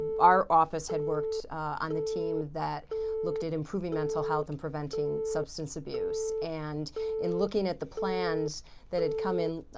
our office had worked on the team that looked at improving mental health and preventing substance abuse. and in looking at the plans that had come in,